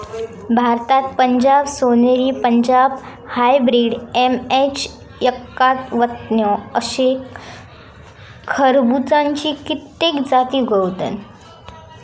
भारतात पंजाब सोनेरी, Punjab hybrid, MH एक्कावन्न अशे खरबुज्याची कित्येक जाती उगवतत